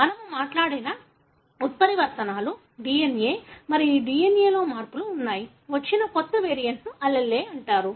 మేము మాట్లాడిన ఉత్పరివర్తనలు DNA మరియు DNA లో మార్పులు ఉన్నాయి వచ్చిన కొత్త వేరియంట్ను allele అంటారు